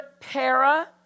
para